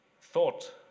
thought